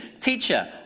Teacher